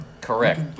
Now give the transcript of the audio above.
Correct